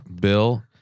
Bill